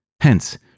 Hence